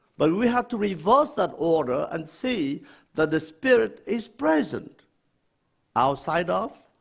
but we have to reverse that order and see that the spirit is present outside of,